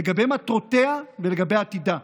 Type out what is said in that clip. לגבי מטרותיה ולגבי עתידה.